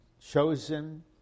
chosen